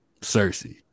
Cersei